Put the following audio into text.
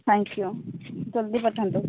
thank you ଜଲ୍ଦି ପଠାନ୍ତୁ